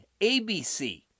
ABC